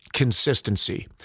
Consistency